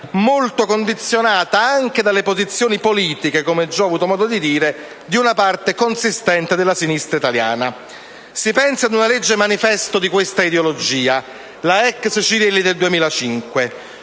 molto condizionata anche dalle posizioni politiche - come già ho avuto modo di dire - di una parte consistente della sinistra italiana. Si pensi ad una legge manifesto di questa ideologia, la ex Cirielli del 2005,